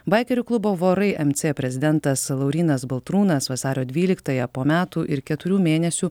baikerių klubo vorai mc prezidentas laurynas baltrūnas vasario dvyliktąją po metų ir keturių mėnesių